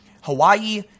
Hawaii